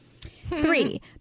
Three